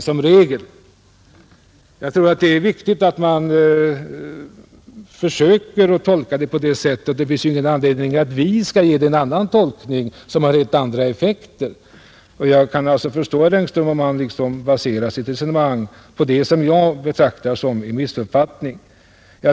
Det är enligt min mening viktigt att man försöker tolka hyreslagen på det sättet, och det finns ingen anledning till att vi skulle ge den en annan tolkning som har helt andra effekter. Jag kan förstå herr Engström om han baserar sitt resonemang på vad jag betraktar som en missuppfattning.